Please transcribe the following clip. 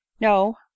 No